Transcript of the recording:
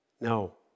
No